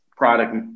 product